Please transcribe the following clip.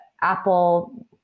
Apple